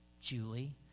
Julie